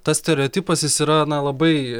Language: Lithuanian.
tas stereotipas jis yra na labai